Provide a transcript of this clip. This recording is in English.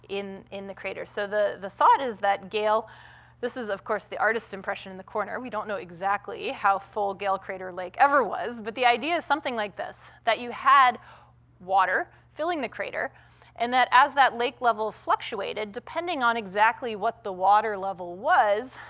in in the crater. so the the thought is that gale this is, of course, the artist's impression in the corner we don't know exactly how full gale crater lake ever was, but the idea is something like this that you had water filling the crater and that, as that lake level fluctuated, depending on exactly what the water level was,